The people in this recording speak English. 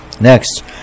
next